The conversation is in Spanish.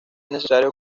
necesario